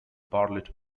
bartlett